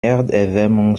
erderwärmung